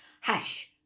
hush